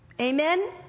Amen